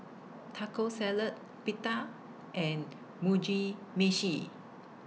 Taco Salad Pita and Mugi Meshi